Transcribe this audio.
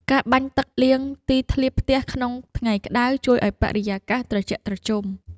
ការបាញ់ទឹកលាងទីធ្លាផ្ទះក្នុងថ្ងៃក្តៅ ជួយឱ្យបរិយាកាសត្រជាក់ត្រជុំ។